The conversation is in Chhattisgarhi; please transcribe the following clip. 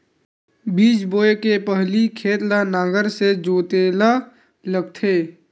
बीज बोय के पहिली खेत ल नांगर से जोतेल लगथे?